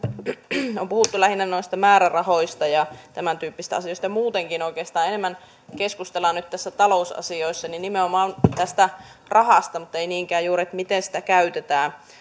on puhuttu lähinnä noista määrärahoista ja tämäntyyppisistä asioista ja muutenkin oikeastaan enemmän keskustellaan nyt talousasioissa nimenomaan tästä rahasta mutta ei niinkään juuri siitä miten sitä käytetään